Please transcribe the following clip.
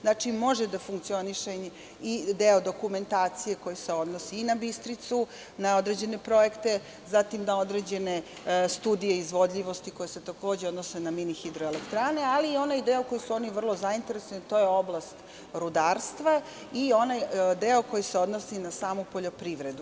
Znači, može da funkcioniše i deo dokumentacije koji se odnosi i na Bistricu, na određene projekte, zatim na određene studije izvodljivosti koje se takođe odnose na mini hidroelektrane, ali onaj deo za koji su oni vrlo zainteresovani, to je oblast rudarstva i onaj deo koji se odnosi na samu poljoprivredu.